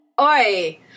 Oi